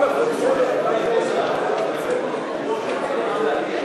התשע"ג 2013, נתקבלה.